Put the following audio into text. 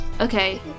Okay